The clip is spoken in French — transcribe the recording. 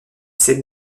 cette